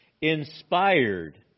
inspired